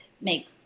make